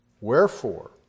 Wherefore